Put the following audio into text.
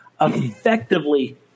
effectively